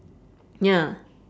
ya